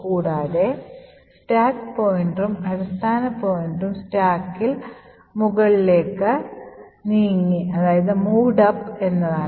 കൂടാതെ സ്റ്റാക്ക് പോയിന്ററും അടിസ്ഥാന പോയിന്ററും സ്റ്റാക്കിൽ മുകളിലേക്ക് നീങ്ങി എന്നതാണ്